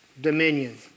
dominion